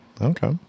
Okay